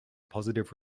positive